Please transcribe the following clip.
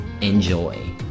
Enjoy